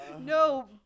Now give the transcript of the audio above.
No